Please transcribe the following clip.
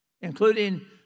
including